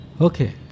Okay